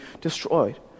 destroyed